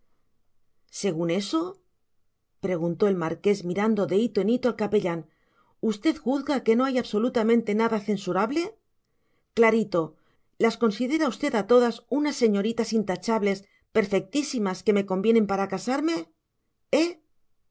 según eso preguntó el marqués mirando de hito en hito al capellán usted juzga que no hay absolutamente nada censurable clarito las considera usted a todas unas señoritas intachables perfectísimas que me convienen para casarme